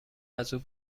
ازاو